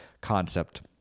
concept